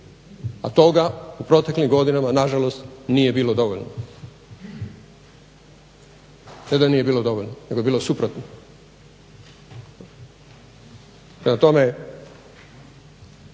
A toga u proteklim godinama nažalost nije bilo dovoljno. Ne da nije bilo dovoljno nego je bilo suprotno.